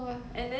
I don't know